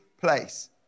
place